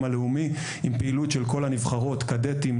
הלאומי עם פעילות של כל הנבחרות כד"תים,